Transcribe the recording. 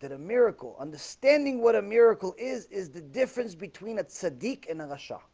that a miracle understanding what a miracle is is the difference between a siddiq another shock?